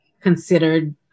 considered